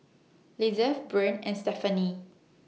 Lizeth Brean and Stephany